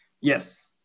Yes